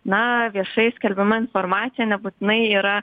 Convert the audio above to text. na viešai skelbiama informacija nebūtinai yra